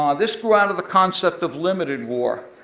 um this grew out of the concept of limited war,